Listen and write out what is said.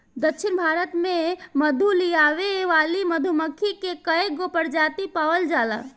दक्षिण भारत में मधु लियावे वाली मधुमक्खी के कईगो प्रजाति पावल जाला